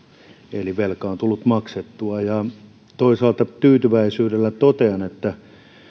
eli velka on tullut maksettua toisaalta tyytyväisyydellä totean että